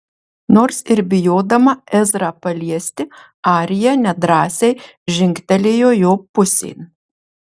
nors ir bijodama ezrą paliesti arija nedrąsiai žingtelėjo jo pusėn